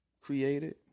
created